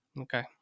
Okay